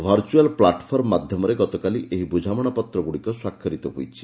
ଭର୍ରୁଆଲ୍ platform ମାଧ୍ଘମରେ ଗତକାଲି ଏହି ବୁଝାମଣାପତ୍ରଗୁଡ଼ିକ ସ୍ୱାକ୍ଷରିତ ହୋଇଛି